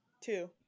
Two